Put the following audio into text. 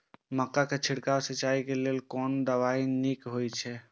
मक्का के छिड़काव सिंचाई के लेल कोन दवाई नीक होय इय?